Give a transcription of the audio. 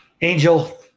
Angel